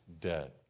dead